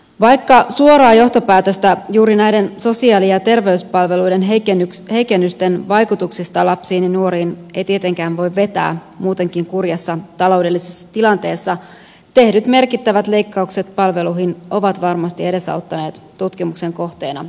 vaikka suoraa johtopäätöstä juuri näiden sosiaali ja terveyspalveluiden heikennysten vaikutuksista lapsiin ja nuoriin ei tietenkään voi vetää muutenkin kurjassa taloudellisessa tilanteessa tehdyt merkittävät leikkaukset palveluihin eivät varmasti ole edesauttaneet tutkimuksen kohteena ollutta ikäluokkaa